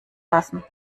lassen